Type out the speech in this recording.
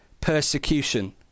persecution